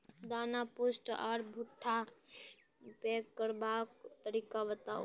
दाना पुष्ट आर भूट्टा पैग करबाक तरीका बताऊ?